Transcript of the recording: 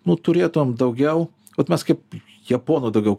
nu turėtum daugiau bet mes kaip japonų daugiau